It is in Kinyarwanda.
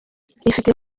ifite